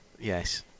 Yes